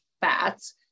fats